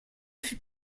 fut